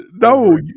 No